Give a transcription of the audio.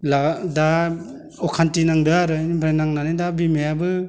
दा अखान्थि नांदों आरो ओमफ्राय नांनानै दा बिमायाबो